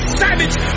savage